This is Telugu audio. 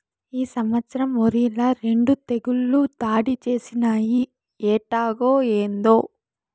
ఈ సంవత్సరం ఒరిల రెండు తెగుళ్ళు దాడి చేసినయ్యి ఎట్టాగో, ఏందో